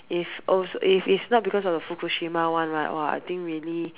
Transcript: if oh if not because of the Fukushima one right !woah! I think really